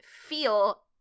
feel